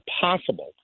possible